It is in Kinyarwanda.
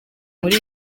muri